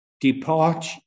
Depart